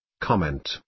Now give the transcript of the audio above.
Comment